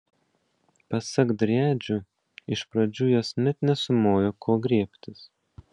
pasak driadžių iš pradžių jos net nesumojo ko griebtis